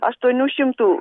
aštuonių šimtų